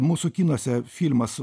mūsų kinuose filmas